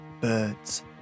birds